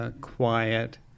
quiet